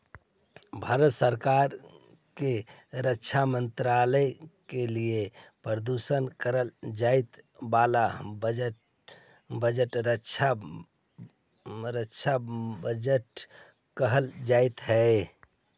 भारत सरकार के रक्षा मंत्रालय के लिए प्रस्तुत कईल जाए वाला बजट रक्षा बजट कहल जा हई